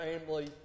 family